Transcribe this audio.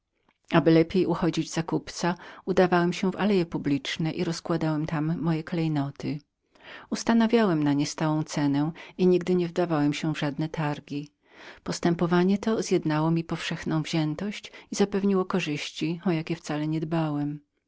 aby bardziej ujść za kupca udawałem się na przechadzki publiczne i rozkładałem tam moje klejnoty ustanawiałem na nie stałą cenę i nigdy nie wdawałem się w żadne targi postępowanie to zjednało mi powszechną wziętość i zapewniło korzyści o jakie wcale nie dbałem